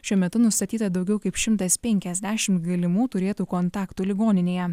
šiuo metu nustatyta daugiau kaip šimtas penkiasdešimt galimų turėtų kontaktų ligoninėje